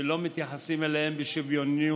שלא מתייחסים אליהם בשוויוניות,